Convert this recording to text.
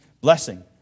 blessing